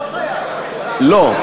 לא.